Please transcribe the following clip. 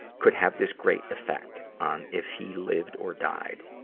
could have this great effect on if he lived or died.